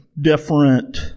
different